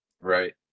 Right